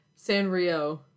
Sanrio